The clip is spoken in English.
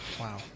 Wow